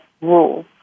rule